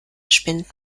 spinnt